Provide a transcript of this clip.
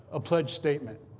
a pledge statement,